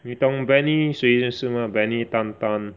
你懂 Benny 谁是 mah Benny Tan Tan